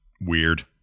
weird